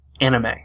anime